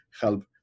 help